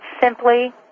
simply